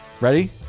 Ready